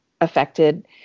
affected